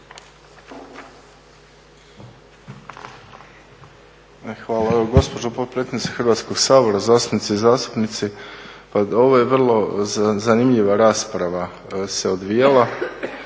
Hvala vam gospođo potpredsjednice Hrvatskog sabora, zastupnice i zastupnici. Pa ovo je vrlo zanimljiva rasprava se odvijala.